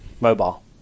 Mobile